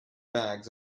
bags